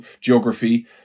geography